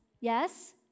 yes